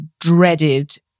dreaded